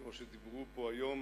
כמו שדיברו פה היום,